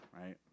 right